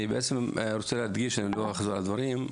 אני לא אחזור על הדברים,